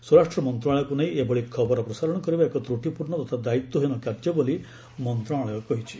ସ୍ୱରାଷ୍ଟ୍ର ମନ୍ତ୍ରଣାଳୟକୁ ନେଇ ଏଭଳି ଖବର ପ୍ରସାରଣ କରିବା ଏକ ତ୍ରଟିପୂର୍ଣ୍ଣ ତଥା ଦାୟିତ୍ୱହୀନ କାର୍ଯ୍ୟ ବୋଲି ମନ୍ଦ୍ରଣାଳୟ କହିଛି